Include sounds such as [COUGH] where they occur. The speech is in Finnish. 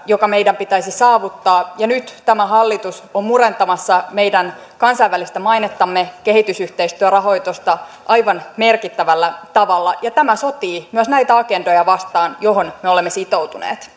joka meidän pitäisi saavuttaa nyt tämä hallitus on murentamassa meidän kansainvälistä mainettamme leikkaamalla kehitysyhteistyörahoitusta aivan merkittävällä tavalla ja tämä sotii myös näitä agendoja vastaan joihin me olemme sitoutuneet [UNINTELLIGIBLE]